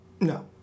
No